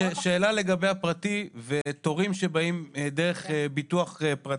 שאלה לגבי הפרטי ותורים שבאים דרך ביטוח פרטי.